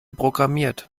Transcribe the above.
programmiert